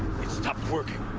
it stopped working!